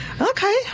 Okay